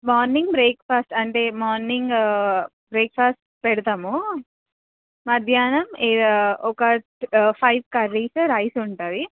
morning breakfast అంటే morning breakfast పెడతాము మధ్యాహ్నం ఒక ఫైవ్ కర్రీస్ రైస్ ఉంటుంది